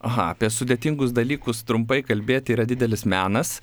aha apie sudėtingus dalykus trumpai kalbėti yra didelis menas